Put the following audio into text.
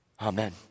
Amen